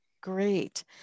Great